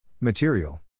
Material